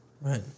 Right